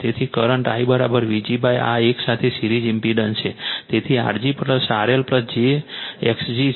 તેથી current IVg આ એકસાથે સિરીઝ ઇમ્પેડન્સ છે તેથી R g RL j x g છે